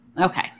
Okay